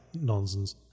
nonsense